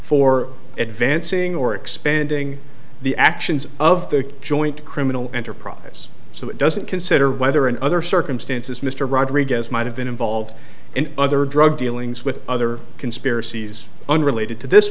for advancing or expanding the actions of the joint criminal enterprise so it doesn't consider whether in other circumstances mr rodriguez might have been involved in other drug dealings with other conspiracies unrelated to this